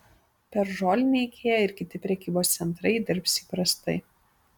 per žolinę ikea ir kiti prekybos centrai dirbs įprastai